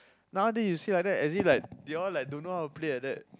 nowaday you say like that as if they don't know how to play like that